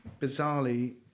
bizarrely